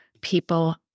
people